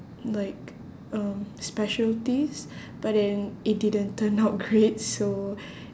like um specialties but then it didn't turn out great so